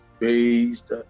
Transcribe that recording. based